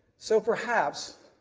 so, perhaps,